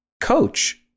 coach